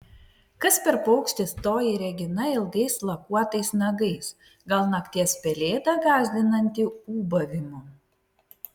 kas per paukštis toji regina ilgais lakuotais nagais gal nakties pelėda gąsdinanti ūbavimu